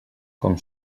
com